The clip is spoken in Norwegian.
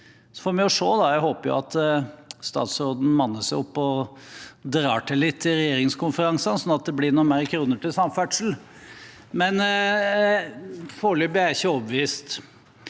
Så får vi se. Jeg håper jo at statsråden manner seg opp og drar til litt i regjeringskonferansene, slik at det blir noen flere kroner til samferdsel, men foreløpig er jeg ikke overbevist.